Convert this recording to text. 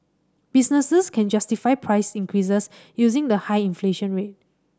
businesses can justify price increases using the high inflation rate